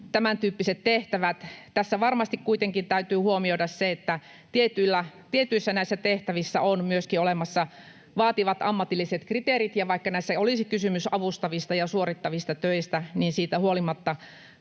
tämän tyyppiset tehtävät. Tässä varmasti kuitenkin täytyy huomioida se, että tietyissä tehtävissä on myöskin olemassa vaativat ammatilliset kriteerit, ja vaikka näissä olisi kysymys avustavista ja suorittavista töistä, niin siitä huolimatta